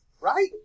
right